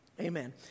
amen